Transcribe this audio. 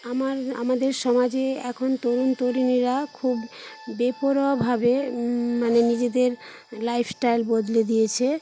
আমার আমাদের সমাজে এখন তরুণ তরুণীরা খুব বেপরোয়াভাবে মানে নিজেদের লাইফ স্টাইল বদলে দিয়েছে